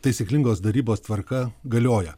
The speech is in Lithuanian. taisyklingos darybos tvarka galioja